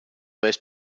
most